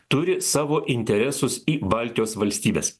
turi savo interesus į baltijos valstybes